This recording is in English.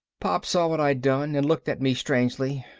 pop saw what i'd done and looked at me strangely.